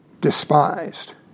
despised